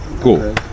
cool